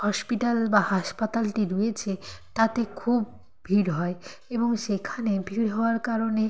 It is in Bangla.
হসপিটাল বা হাসপাতালটি রয়েছে তাতে খুব ভিড় হয় এবং সেখানে ভিড় হওয়ার কারণে